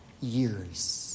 years